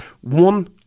one